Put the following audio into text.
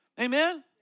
Amen